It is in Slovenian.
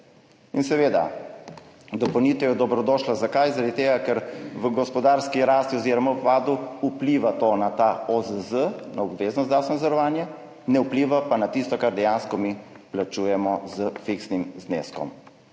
In seveda, dopolnitev je dobrodošla – zakaj? Zaradi tega ker v gospodarski rasti oziroma upadu vpliva to na ta OZZ, na obvezno zdravstveno zavarovanje, ne vpliva pa na tisto, kar dejansko mi plačujemo s fiksnim zneskom.